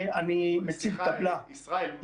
ישראל,